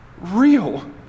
real